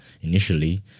initially